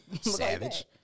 Savage